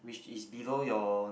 which is below your